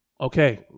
Okay